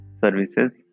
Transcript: services